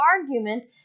argument